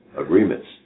agreements